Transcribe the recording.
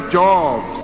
jobs